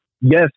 yes